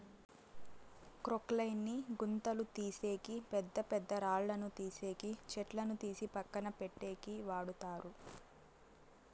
క్రొక్లేయిన్ ని గుంతలు తీసేకి, పెద్ద పెద్ద రాళ్ళను తీసేకి, చెట్లను తీసి పక్కన పెట్టేకి వాడతారు